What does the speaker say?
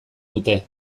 dute